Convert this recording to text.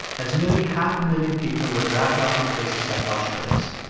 as nearly half a million people were dragged off to places like auschwitz,